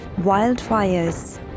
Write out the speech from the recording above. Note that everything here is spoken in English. Wildfires